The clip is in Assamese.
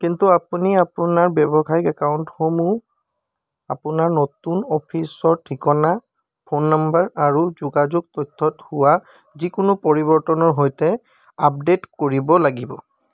কিন্তু আপুনি আপোনাৰ ব্যৱসায়িক একাউন্টসমূহ আপোনাৰ নতুন অফিচৰ ঠিকনা ফোন নাম্বাৰ আৰু যোগাযোগ তথ্যত হোৱা যিকোনো পৰিৱৰ্তনৰ সৈতে আপডেট কৰিব লাগিব